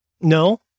No